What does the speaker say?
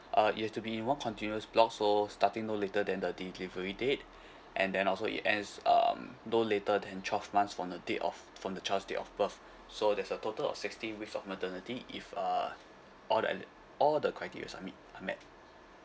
uh it has to be in one continuous block so starting no later than the delivery date and then also it ends um no later than twelve months from the date of from the child's date of birth so there's a total of sixteen weeks of maternity if uh all the eli~ all the criterias are meet are met